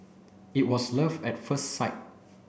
it was love at first sight